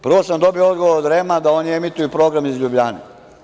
Prvo sam dobio odgovor od REM-a da oni emituju program iz Ljubljane.